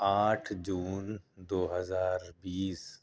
آٹھ جون دو ہزار بیس